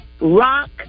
Rock